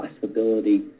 possibility